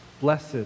blessed